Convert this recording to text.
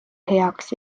heaks